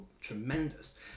tremendous